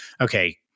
okay